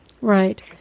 Right